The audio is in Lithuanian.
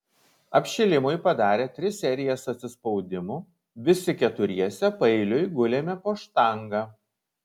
apšilimui padarę tris serijas atsispaudimų visi keturiese paeiliui gulėme po štanga